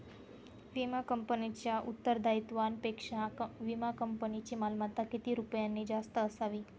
विमा कंपनीच्या उत्तरदायित्वापेक्षा विमा कंपनीची मालमत्ता किती रुपयांनी जास्त असावी?